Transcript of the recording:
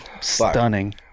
stunning